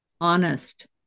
honest